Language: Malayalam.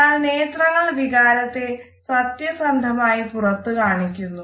എന്നാൽ നേത്രങ്ങൾ വികാരത്തെ സത്യസന്ധമായി പുറത്ത് കാണിക്കുന്നു